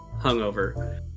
hungover